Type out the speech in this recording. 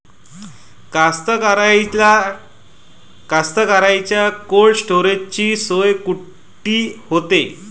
कास्तकाराइच्या कोल्ड स्टोरेजची सोय कुटी होते?